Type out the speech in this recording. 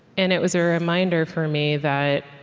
and it was a reminder for me that,